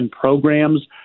programs